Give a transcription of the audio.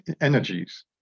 energies